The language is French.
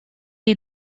est